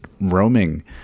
roaming